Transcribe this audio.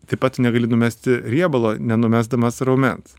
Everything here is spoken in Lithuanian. taip pat tu negali numesti riebalo nenumesdamas raumens